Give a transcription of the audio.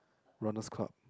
runner's club